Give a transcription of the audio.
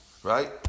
Right